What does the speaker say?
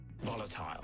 Volatile